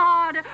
God